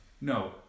no